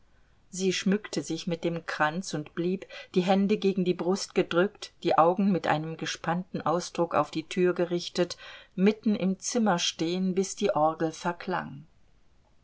sie schmückte sich mit dem kranz und blieb die hände gegen die brust gedrückt die augen mit einem gespannten ausdruck auf die tür gerichtet mitten im zimmer stehen bis die orgel verklang